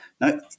Now